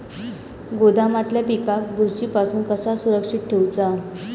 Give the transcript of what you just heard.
गोदामातल्या पिकाक बुरशी पासून कसा सुरक्षित ठेऊचा?